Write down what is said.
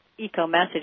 eco-message